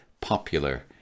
popular